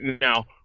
Now